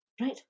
Right